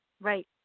right